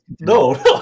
no